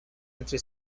entre